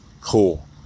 cool